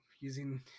using